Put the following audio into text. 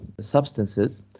substances